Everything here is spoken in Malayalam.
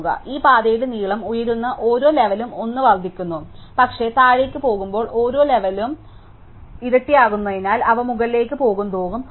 അതിനാൽ ഈ പാതയുടെ നീളം ഉയരുന്ന ഓരോ ലെവലും 1 വർദ്ധിക്കുന്നു പക്ഷേ താഴേക്ക് പോകുമ്പോൾ ലെവലുകൾ ഇരട്ടിയാകുന്നതിനാൽ അവ മുകളിലേക്ക് പോകുന്തോറും അവയ്ക്ക് ഉണ്ട്